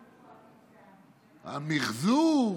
המִחזור,